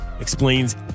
explains